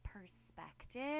perspective